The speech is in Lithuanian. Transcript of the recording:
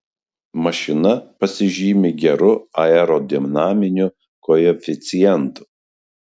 mašina pasižymi geru aerodinaminiu koeficientu